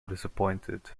disappointed